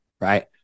Right